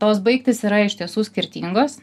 tos baigtys yra iš tiesų skirtingos